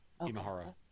Imahara